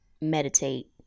meditate